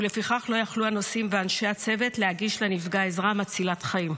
ולפיכך לא יכלו הנוסעים ואנשי הצוות להגיש לנפגע עזרה מצילת חיים.